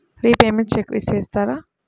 Repayments check చేస్తారా?